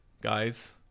guys